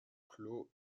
clôt